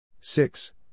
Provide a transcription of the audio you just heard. six